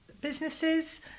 businesses